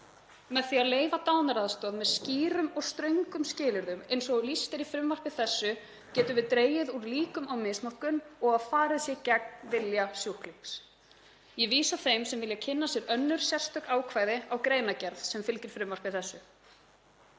Með því að leyfa dánaraðstoð með skýrum og ströngum skilyrðum eins og lýst er í frumvarpi þessu getum við dregið úr líkum á misnotkun og að farið sé gegn vilja sjúklings. Ég vísa þeim sem vilja kynna sér önnur sérstök ákvæði á greinargerð sem fylgir frumvarpi þessu.